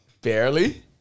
Barely